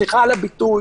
סליחה על הביטוי,